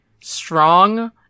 strong